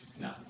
No